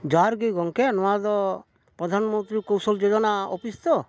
ᱡᱚᱦᱟᱨ ᱜᱮ ᱜᱚᱢᱠᱮ ᱱᱚᱣᱟ ᱫᱚ ᱯᱨᱚᱫᱷᱟᱱ ᱢᱚᱱᱛᱨᱤ ᱠᱳᱣᱥᱚᱞ ᱡᱳᱡᱚᱱᱟ ᱚᱯᱷᱤᱥ ᱛᱚ